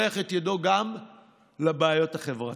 שולח את ידו גם לבעיות החברתיות.